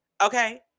okay